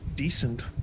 Decent